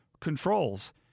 controls